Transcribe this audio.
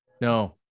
no